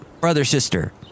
brother-sister